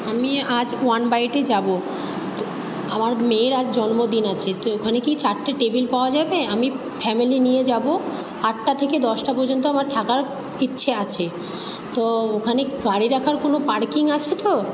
আমি আজ ওয়ান বাইটে যাবো আমার মেয়ের আজ জন্মদিন আছে তো ওখানে কি চারটে টেবিল পাওয়া যাবে আমি ফ্যামিলি নিয়ে যাবো আটটা থেকে দশটা পর্যন্ত আমার থাকার ইচ্ছে আছে তো ওখানে গাড়ি রাখার কোনো পার্কিং আছে তো